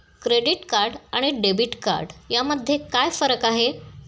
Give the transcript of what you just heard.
Credit card आणि debit card यामध्ये काय फरक आहे?